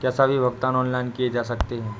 क्या सभी भुगतान ऑनलाइन किए जा सकते हैं?